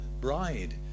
bride